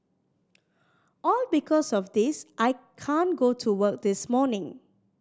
all because of this I can't go to work this morning